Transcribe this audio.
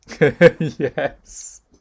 yes